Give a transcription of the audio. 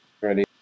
ready